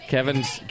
Kevin's